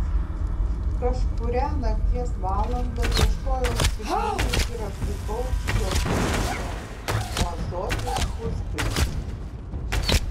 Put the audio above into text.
kažkurią nakties valandą ieškojau stiklinės ir aptikau jog ji tuščia o ąsotis puspilnis